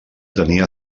tenia